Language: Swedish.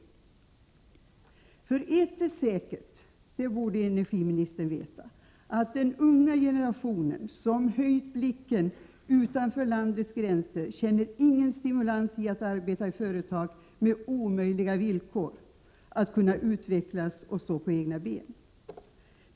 Ett är nämligen säkert, och det borde energiministern veta: den unga generation som höjt blicken utanför landets gränser känner ingen 6 stimulans i att arbeta i företag med omöjliga villkor när det gäller att utvecklas och stå på egna ben.